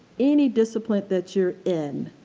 any discipline that you're in,